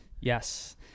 Yes